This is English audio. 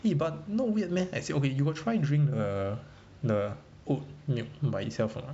eh but not weird meh as in okay you got try drink uh the oat milk by itself a not